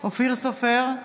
אופיר סופר,